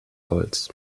holz